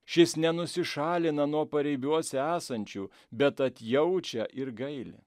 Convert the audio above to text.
šis nenusišalina nuo paribiuose esančių bet atjaučia ir gaili